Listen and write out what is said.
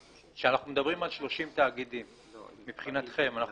כשאנחנו מדברים על 30 תאגידים מבחינתכם,